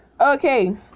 Okay